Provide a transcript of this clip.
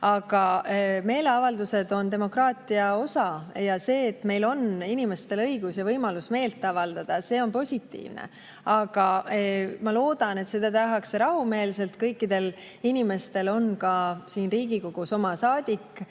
Aga meeleavaldused on demokraatia osa ja see, et meil on inimestel õigus ja võimalus meelt avaldada, on positiivne. Ma küll loodan, et seda tehakse rahumeelselt. Kõikidel inimestel on ka siin Riigikogus oma saadik.